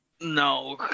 No